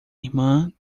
irmã